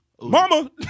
Mama